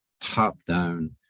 top-down